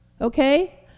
Okay